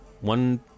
one